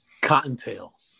Cottontail